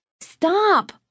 Stop